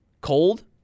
cold